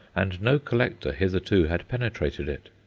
and no collector hitherto had penetrated it.